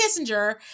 Kissinger